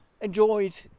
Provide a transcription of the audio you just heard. enjoyed